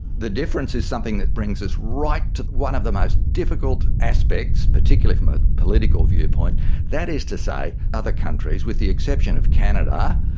the difference is something that brings us right to one of the most difficult aspects, particularly from a political viewpoint that is to say, other countries, with the exception of canada,